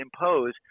impose